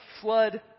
flood